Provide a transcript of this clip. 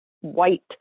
white